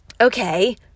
okay